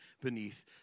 beneath